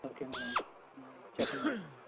okay madam చెప్పండి madam